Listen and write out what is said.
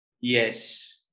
Yes